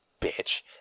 bitch